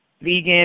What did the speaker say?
vegan